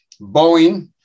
boeing